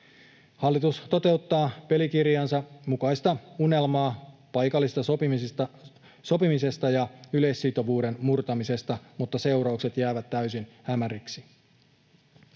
Hallitus toteuttaa pelikirjansa mukaista unelmaa paikallisesta sopimisesta ja yleissitovuuden murtamisesta, mutta seuraukset jäävät täysin hämäriksi.